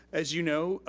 as you know,